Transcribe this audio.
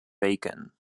bacon